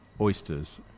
oysters